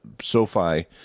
SoFi